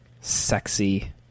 sexy